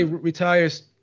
retires